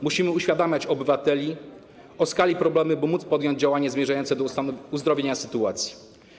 Musimy uświadamiać obywatelom skalę problemu, by móc podjąć działania zmierzające do uzdrowienia sytuacji.